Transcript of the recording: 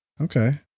Okay